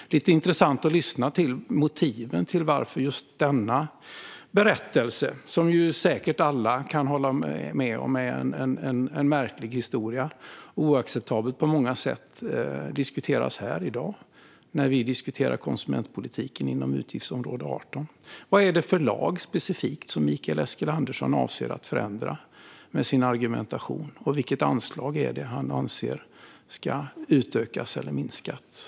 Det vore intressant att lyssna till motiven till att just denna berättelse, som säkert alla kan hålla med om är en märklig historia och oacceptabel på många sätt, diskuteras här i dag när vi diskuterar konsumentpolitiken inom utgiftsområde 18. Vilken lag, specifikt, är det Mikael Eskilandersson avser att förändra med sin argumentation, och vilket anslag är det han anser ska utökas eller minskas?